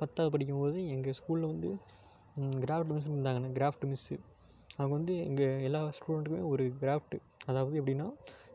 பத்தாவது படிக்கும் போது எங்கள் ஸ்கூல்ல வந்து க்ராஃப்ட் மிஸ்ஸுனு இருந்தாங்க எனக்கு க்ராஃப்ட் மிஸ் அவங்க வந்து இங்கே எல்லா ஸ்டுடெண்ட்டுமே ஒரு க்ராஃப்ட் அதாவது எப்படினா